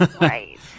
Right